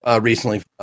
recently